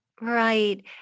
Right